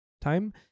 time